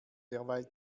derweil